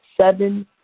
seven